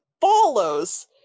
follows